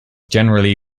generally